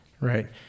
right